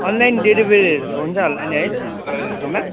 online डेलिभरीहरू त हुन्छ होला नि है तपाईँकोमा